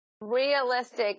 realistic